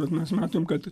bet mes matom kad